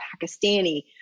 Pakistani